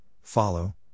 follow